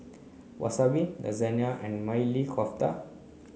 Wasabi Lasagne and Maili Kofta